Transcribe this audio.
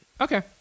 Okay